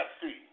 see